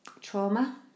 Trauma